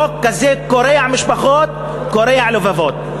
חוק כזה קורע משפחות, קורע לבבות.